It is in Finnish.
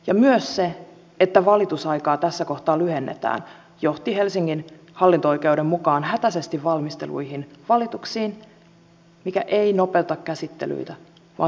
ja myös se että valitusaikaa tässä kohtaa lyhennetään johti helsingin hallinto oikeuden mukaan hätäisesti valmisteltuihin valituksiin mikä ei nopeuta käsittelyitä vaan se hidastaa niitä